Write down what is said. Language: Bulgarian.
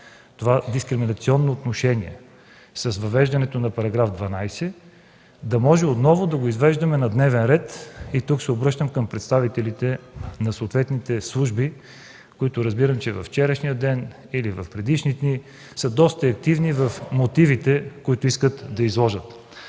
това дискриминационно отношение с въвеждането на § 12, да може отново да го извеждаме на дневен ред? Тук се обръщам към представителите на съответните служби, които разбирам, че във вчерашния ден или в предишните дни са доста активни в мотивите, които искат да изложат.